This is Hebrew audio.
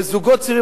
לזוגות צעירים,